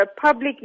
public